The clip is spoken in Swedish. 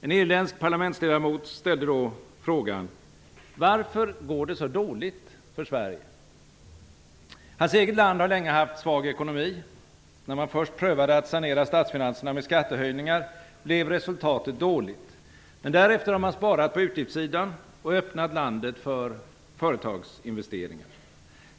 En irländsk parlamentsledamot ställde då frågan: "Varför går det så dåligt för Sverige?" Hans eget land har länge haft svag ekonomi. När man först prövade att sanera statsfinanserna med skattehöjningar, blev resultatet dåligt. Men därefter har man sparat på utgiftssidan och öppnat landet för företagsinvesteringar.